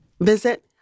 visit